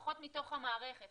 לפחות מתוך המערכת,